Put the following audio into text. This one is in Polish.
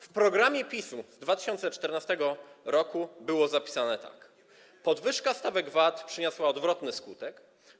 W programie PiS z 2014 r. było zapisane tak: Podwyżka stawek VAT przyniosła odwrotny skutek.